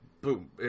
boom